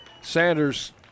Sanders